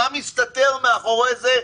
מה מסתתר מאחורי זה?